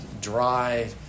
dry